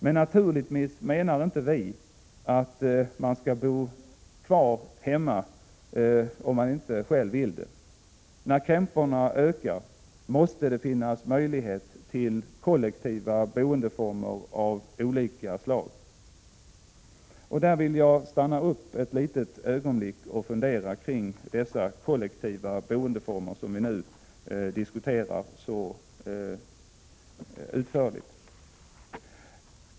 Men naturligtvis menar vi inte att man skall bo kvar hemma om man inte själv vill det. När krämporna ökar måste det finnas möjligheter att välja kollektiva boendeformer av olika slag. Där vill jag stanna upp ett litet ögonblick och fundera över de kollektiva boendeformer som vi nu så utförligt diskuterar.